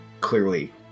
clearly